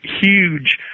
huge